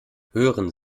hören